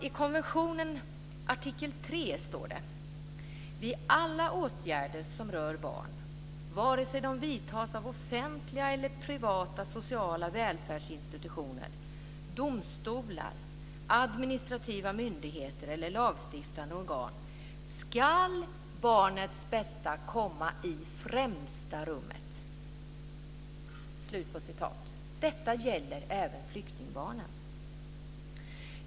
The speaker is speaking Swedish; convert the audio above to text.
I konventionens artikel 3 står det att vid alla åtgärder som rör barn, vare sig de vidtas av offentliga eller privata sociala välfärdsinstitutioner, domstolar, administrativa myndigheter eller lagstiftande organ ska barnets bästa komma i främsta rummet. Detta gäller även flyktingbarnen!